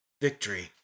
victory